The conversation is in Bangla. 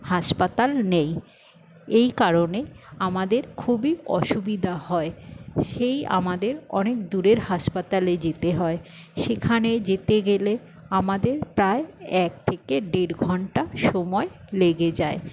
হাসপাতাল নেই এই কারণেই আমাদের খুবই অসুবিধা হয় সেই আমাদের অনেক দূরের হাসপাতালে যেতে হয় সেখানে যেতে গেলে আমাদের প্রায় এক থেকে দেড় ঘণ্টা সময় লেগে যায়